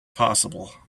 possible